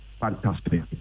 Fantastic